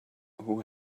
who